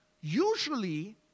Usually